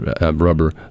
rubber